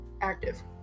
active